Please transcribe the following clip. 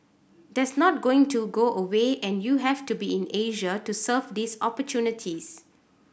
that's not going to go away and you have to be in Asia to serve these opportunities